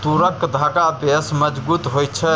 तूरक धागा बेस मजगुत होए छै